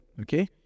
okay